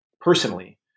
personally